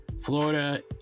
florida